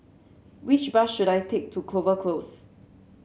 which bus should I take to Clover Close